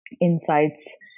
insights